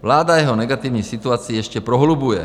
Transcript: Vláda jeho negativní situaci ještě prohlubuje.